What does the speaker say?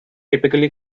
typically